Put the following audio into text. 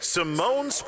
Simone